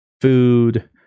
food